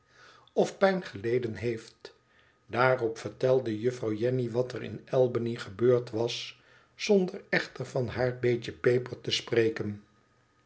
of pijn geleden heeft daarop vertelde juffrouw jenny water in albany gebeurd was zonder echter van haar beetje peper te spreken